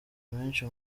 menshi